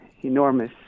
enormous